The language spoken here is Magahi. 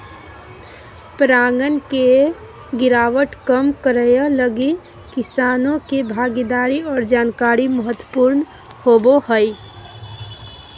परागण के गिरावट कम करैय लगी किसानों के भागीदारी और जानकारी महत्वपूर्ण होबो हइ